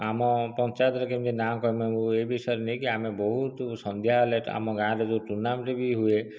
ଆମ ପଞ୍ଚାୟତରେ କେମିତି ନାଁ କମେଇବୁ ଏହି ବିଷୟରେ ନେଇକି ଆମେ ବହୁତୁ ସନ୍ଧ୍ୟା ହେଲେ ଆମ ଗାଁରେ ଯେଉଁ ଟୁର୍ଣ୍ଣାମେଣ୍ଟ୍ ବି ହୁଏ